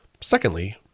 Secondly